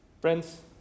Friends